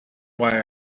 why